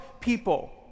people